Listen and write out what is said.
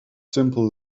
simple